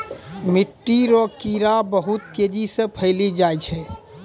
मिट्टी रो कीड़े बहुत तेजी से फैली जाय छै